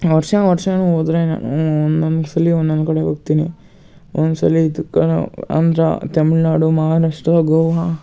ವರ್ಷ ವರ್ಷವೂ ಹೋದ್ರೆ ನಾನು ಒಂದೊಂದು ಸಲ ಒಂದೊಂದು ಕಡೆ ಹೋಗ್ತೀನಿ ಒಂದು ಸಲ ಇದಕ್ಕನ ಆಂಧ್ರ ತಮಿಳ್ನಾಡು ಮಹಾರಾಷ್ಟ್ರ ಗೋವಾ